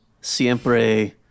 Siempre